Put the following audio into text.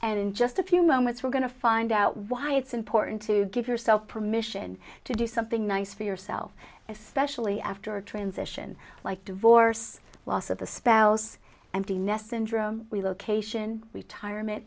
in just a few moments we're going to find out why it's important to give yourself permission to do something nice for yourself especially after a transition like divorce loss of the spouse and the nesson droom relocation retirement